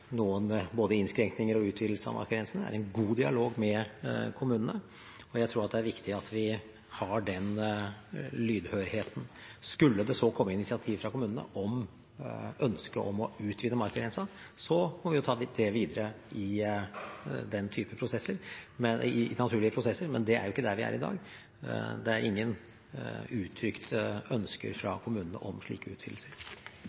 både noen innskrenkninger og noen utvidelser av markagrensen, er en god dialog med kommunene, og jeg tror at det er viktig at vi har den lydhørheten. Skulle det så komme initiativ fra kommunene om et ønske om å utvide markagrensen, må vi ta det videre i naturlige prosesser, men det er ikke der vi er i dag. Det er ingen uttrykte ønsker